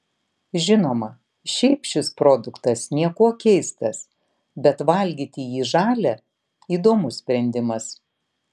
žinoma šiaip šis produktas niekuo keistas bet valgyti jį žalią įdomus sprendimas